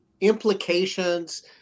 implications